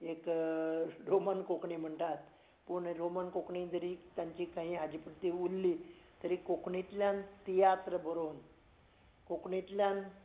एक रोमन कोंकणी म्हणटात पूण रोमन कोंकणी जरी तांची काही हाजी पुरती उरली तरी कोंकणींतल्यान तियात्र बरोवन कोंकणींतल्यान